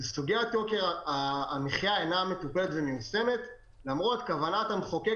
סוגיית יוקר המחיה אינה מטופלת ומיושמת למרות כוונת המחוקק